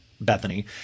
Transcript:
Bethany